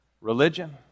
religion